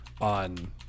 on